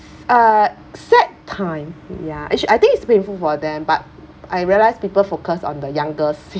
uh sad time ya actually I think it's painful for them but I realise people focus on the youngest